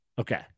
Okay